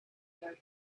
their